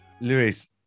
Luis